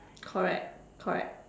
correct correct